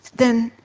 then,